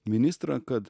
ministrą kad